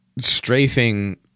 strafing